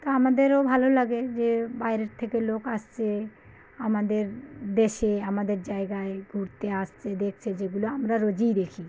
তা আমাদেরও ভালো লাগে যে বাইরের থেকেও লোক আসছে আমাদের দেশে আমাদের জায়গায় ঘুরতে আসছে দেখছে যেগুলো আমরা রোজই দেখি